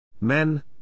Men